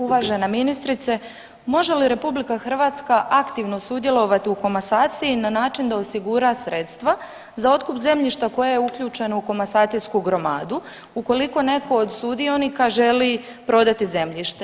Uvažena ministrice, može li RH aktivno sudjelovat u komasaciji na način da osigura sredstva za otkup zemljišta koje je uključeno u komasacijsku gromadu ukoliko neko od sudionika želi prodati zemljište?